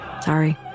Sorry